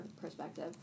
perspective